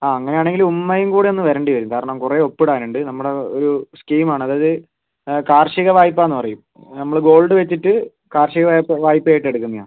ആ അങ്ങനെ ആണെങ്കിൽ ഉമ്മയും കൂടി ഒന്ന് വരേണ്ടി വരും കാരണം കുറേ ഒപ്പിടാനുണ്ട് നമ്മുടെ ഒരു സ്കീമാണ് അതായത് കാർഷിക വായ്പയെന്ന് പറയും നമ്മൾ ഗോൾഡ് വച്ചിട്ട് കാർഷിക വായ്പ വായ്പയായിട്ട് എടുക്കുന്നതാണ്